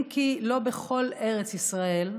אם כי לא בכל ארץ ישראל,